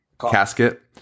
casket